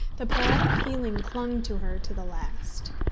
the poetic feeling clung to her to the last.